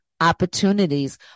opportunities